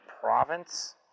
province